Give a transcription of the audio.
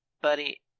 Buddy